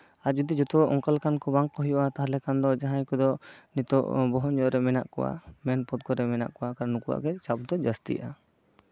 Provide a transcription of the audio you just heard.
ᱟᱨ ᱡᱩᱫᱤ ᱡᱚᱛᱚ ᱚᱱᱟ ᱞᱮᱠᱟᱱ ᱠᱚ ᱵᱟᱝ ᱠᱚ ᱦᱳᱭᱳᱜᱼᱟ ᱛᱟᱦᱚᱞᱮ ᱠᱷᱟᱱ ᱫᱚ ᱡᱟᱦᱟᱸᱭ ᱠᱚᱫᱚ ᱱᱤᱛᱚᱜ ᱵᱚᱦᱚᱜ ᱧᱚᱜ ᱨᱮ ᱢᱮᱱᱟᱜ ᱠᱚᱣᱟ ᱢᱮᱱ ᱯᱚᱫᱽ ᱠᱚᱨᱮ ᱢᱮᱱᱟᱜ ᱠᱚᱣᱟ ᱠᱟᱨᱚᱱ ᱱᱩᱠᱩᱣᱟᱜ ᱜᱮ ᱪᱟᱯ ᱫᱚ ᱡᱟᱹᱥᱛᱤᱜᱼᱟ